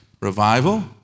revival